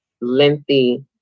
lengthy